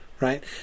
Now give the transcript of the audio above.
Right